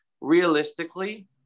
realistically